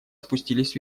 спустились